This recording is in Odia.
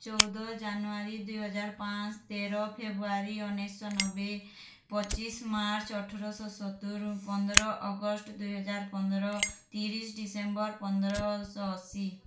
ଚଉଦ ଜାନୁୟାରୀ ଦୁଇ ହଜାର ପାଞ୍ଚ ତେର ଫେବୃଆରୀ ଉଣେଇଶି ଶହ ନବେ ପଚିଶ ମାର୍ଚ୍ଚ ଅଠରଶହ ସତୁରି ପନ୍ଦର ଅଗଷ୍ଟ ଦୁଇ ହଜାର ପନ୍ଦର ତିରିଶ ଡିସେମ୍ବର ପନ୍ଦରଶହ ଅଶୀ